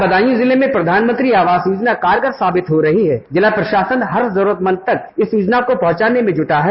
बदायूं जिले में प्रधानमंत्री आवास योजना कारगर साबित हो रही है स जिला प्रशासन हर जरूरतमंद तक इस योजना को पहुँचाने में जूटा है